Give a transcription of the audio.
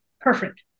Perfect